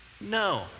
No